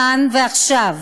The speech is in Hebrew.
כאן ועכשיו,